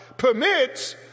permits